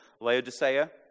Laodicea